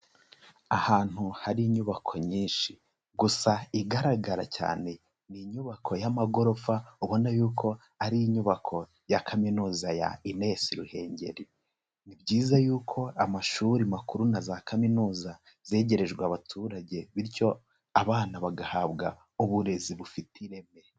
Ahantu hari inyubako nyinshi gusa igaragara cyane ni inyubako y'amagorofa ubona yuko ari inyubako ya Kaminuza ya INES Ruhengeri, ni byiza yuko amashuri makuru na za kaminuza zegerejwe abaturage bityo abana bagahabwa uburezi bufite ireme.